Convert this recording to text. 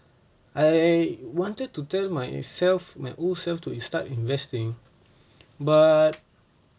I wanted to turn myself my own self to start investing but